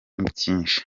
byinshi